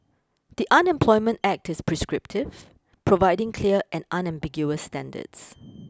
the Unemployment Act is prescriptive providing clear and unambiguous standards